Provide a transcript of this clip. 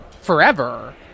forever